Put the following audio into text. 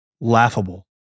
laughable